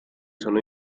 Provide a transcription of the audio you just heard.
sono